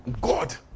god